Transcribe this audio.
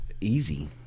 easy